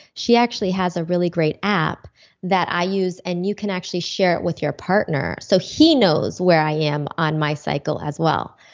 she actually has a really great app that i use, and you can actually share it with your partner so he knows where i am on my cycle as well,